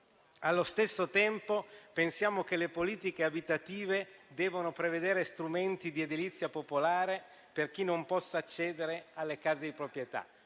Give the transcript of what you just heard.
Allo stesso tempo, pensiamo che le politiche abitative devono prevedere strumenti di edilizia popolare per chi non possa accedere alle case di proprietà;